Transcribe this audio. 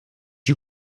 you